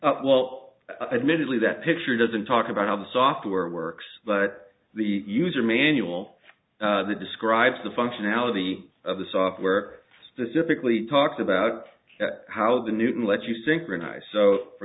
step well admitted lee that picture doesn't talk about how the software works but the user manual that describes the functionality of the software specifically talks about how the newton let you synchronize so for